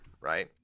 right